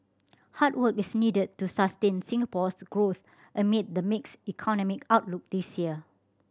hard work is needed to sustain Singapore's growth amid the mixed economic outlook this year